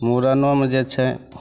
मूड़नोमे जे छै